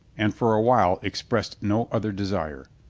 and for a while expressed no other desire.